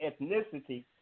ethnicity